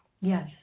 yes